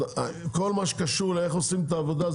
כל מה שקשור לאיך עושים את העבודה,